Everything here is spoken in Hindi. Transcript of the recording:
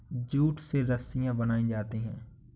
जूट से रस्सियां बनायीं जाती है